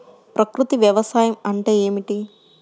ప్రకృతి వ్యవసాయం అంటే ఏమిటి?